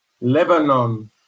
Lebanon